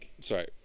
sorry